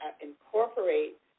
incorporate